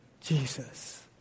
Jesus